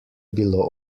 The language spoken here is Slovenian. bilo